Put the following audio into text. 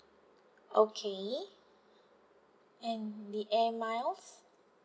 okay and the Air Miles